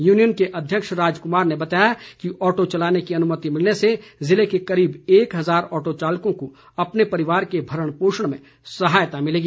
union के अध्यक्ष राजकुमार ने बताया कि ऑटो चलाने की अनुमति मिलने से ज़िले के करीब एक हजार ऑटो चालकों को अपने परिवार के भरण पोषण में सहायता मिलेगी